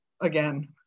again